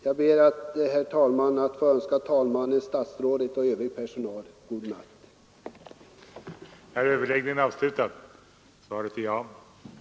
Jag ber, herr talman, att få önska talmannen, statsrådet och tjänstgörande personal god natt.